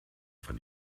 von